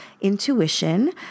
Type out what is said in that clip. intuition